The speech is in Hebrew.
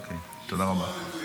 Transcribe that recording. תודה רבה.